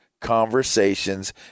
conversations